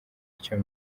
icyo